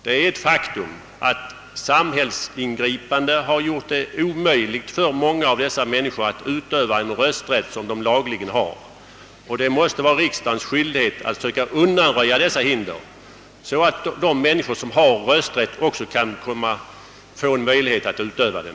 Det är ju ett faktum att ingripanden från samhället har giort det omöjligt för många av dessa människor att utöva den rösträtt som de lagligen äger, och det måste vara riksdagens skyldighet att söka undanröja dessa hinder, så att de människor som har rösträtt också får möjlighet att utöva den.